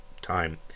time